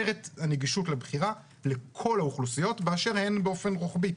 את הנגישות לבחירה לכל האוכלוסיות באשר הן באופן רוחבי.